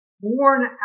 born